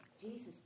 Jesus